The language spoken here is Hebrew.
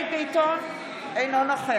חיים ביטון, נוכח